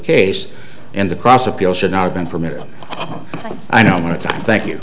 case and the cross appeal should not have been permitted i don't want to thank you